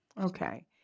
Okay